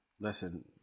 listen